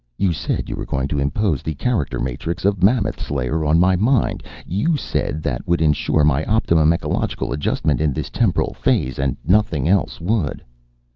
you said you were going to impose the character-matrix of mammoth-slayer on my mind. you said that would insure my optimum ecological adjustment in this temporal phase, and nothing else would.